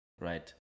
right